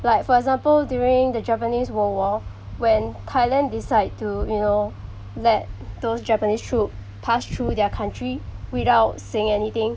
like for example during the japanese world war when thailand decide to you know let those japanese troop passed through their country without saying anything